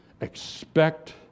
Expect